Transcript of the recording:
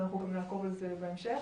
ונעקוב אחרי זה בהמשך.